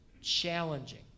challenging